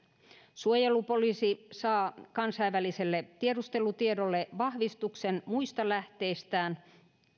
suojelupoliisi saa kansainväliselle tiedustelutiedolle vahvistuksen muista lähteistään